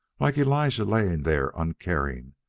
like elijah lying there uncaring,